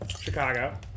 Chicago